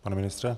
Pane ministře.